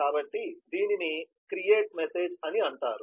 కాబట్టి దీనిని create message అంటారు